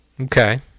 Okay